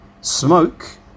Smoke